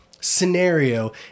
scenario